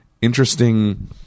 interesting